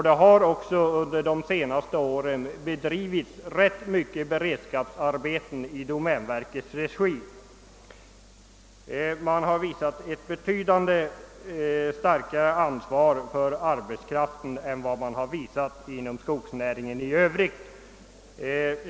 Det har också under de senaste åren bedrivits ganska omfattande beredskapsarbeten i domänverkets regi. Domänverket har sålunda visat ett betydligt större ansvar för arbetskraften än skogsnäringen i övrigt har gjort.